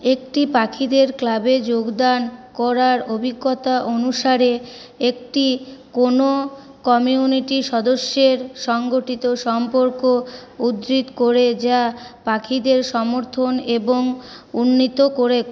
একটি পাখিদের ক্লাবে যোগদান করার অভিজ্ঞতা অনুসারে একটি কোনো কমিউনিটির সদস্যের সংগঠিত সম্পর্ক উদ্ধৃত করে যা পাখিদের সর্মথন এবং উন্নিত করে